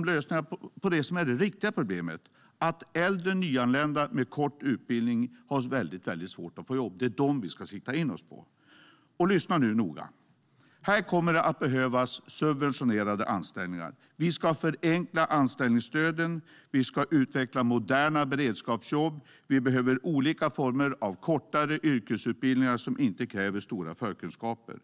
vi lösningar på det som är det riktiga problemet, att äldre nyanlända med kort utbildning har väldigt svårt att få jobb. Det är dem som vi ska sikta in oss på. Lyssna nu noga! Här kommer det att behövas subventionerade anställningar. Vi ska förenkla anställningsstöden och utveckla moderna beredskapsjobb. Vi behöver olika former av kortare yrkesutbildningar som inte kräver stora förkunskaper.